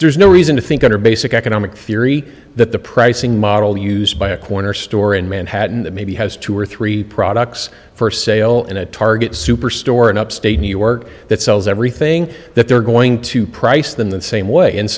there's no reason to think under basic economic theory that the pricing model used by a corner store in manhattan that maybe has two or three products for sale in a target superstore in upstate new york that sells everything that they're going to price them the same way and